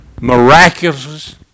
miraculous